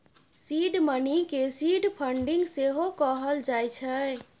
seed money केँ seed funding सेहो कहल जाइ छै